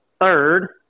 Third